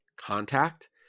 contact